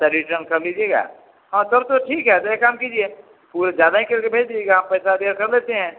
तो रिटन कर लीजिएगा हाँ तब तो ठीक है तो एक काम कीजिए ज़्यादा हैं करके भेज दीजिएगा हम पैसा कर देते हैं